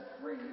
free